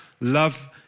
love